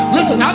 Listen